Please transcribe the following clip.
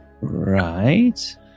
Right